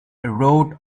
wrote